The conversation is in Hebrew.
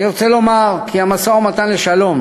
אני רוצה לומר כי המשא-ומתן לשלום